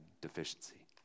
deficiency